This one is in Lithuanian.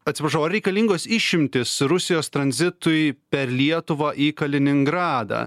atsiprašau ar reikalingos išimtys rusijos tranzitui per lietuvą į kaliningradą